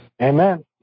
amen